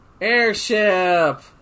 Airship